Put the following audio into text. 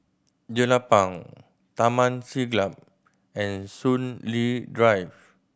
Jelapang Taman Siglap and Soon Lee Drive